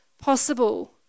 possible